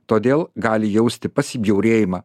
todėl gali jausti pasibjaurėjimą